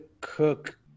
cook